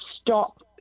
stop